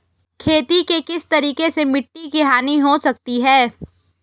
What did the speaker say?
खेती के किस तरीके से मिट्टी की हानि हो सकती है?